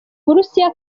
burusiya